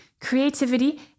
creativity